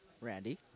Randy